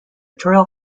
trail